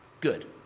good